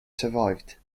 survived